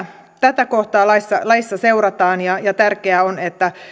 tätä kohtaa laissa laissa seurataan ja ja tärkeää on että